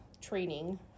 training